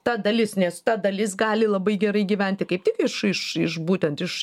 ta dalis nes ta dalis gali labai gerai gyventi kaip tik iš iš iš būtent iš